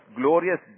glorious